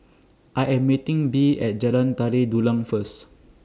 I Am meeting Bea At Jalan Tari Dulang First